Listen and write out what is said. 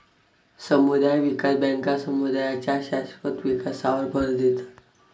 समुदाय विकास बँका समुदायांच्या शाश्वत विकासावर भर देतात